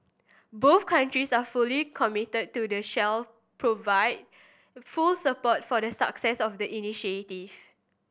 both countries are fully committed to and shall provide full support for the success of the initiative